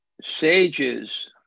sages